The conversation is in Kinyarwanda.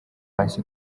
hasi